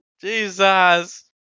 Jesus